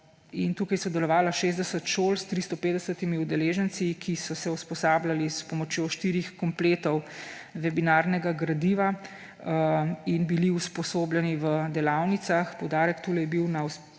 tu je sodelovalo 60 šol s 350 udeleženci, ki so se usposabljali s pomočjo štirih kompletov webinarnega gradiva in bili usposobljeni v delavnicah. Poudarek je bil tu